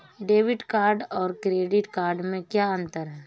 Debit card और credit card में क्या अंतर है?